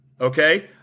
Okay